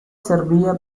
servía